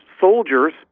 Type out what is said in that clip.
soldiers